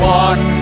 one